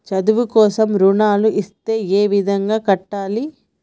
చదువు కోసం రుణాలు ఇస్తే ఏ విధంగా కట్టాలి?